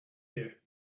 here